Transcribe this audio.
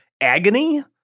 agony